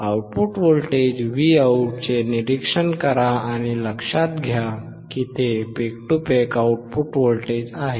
output voltage Vout चे निरीक्षण करा आणि लक्षात घ्या की ते peak to peak output voltage आहे